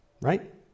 Right